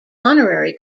honorary